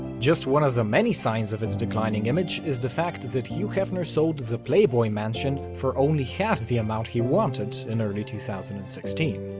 just one of the many signs of its declining image is the fact that hugh hefner sold the playboy mansion for only half the amount he wanted in early two thousand and sixteen.